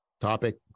topic